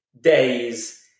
days